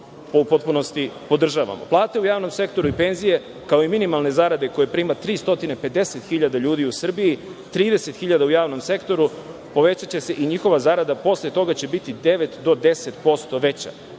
u potpunosti podržavamo. Plate u javnom sektoru i penzije, kao i minimalne zarade koje prima 350.000 ljudi u Srbiji, 30.000 u javnom sektoru, povećaće se i njihova zarada posle toga će biti 9-10% veća.